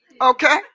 Okay